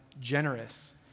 generous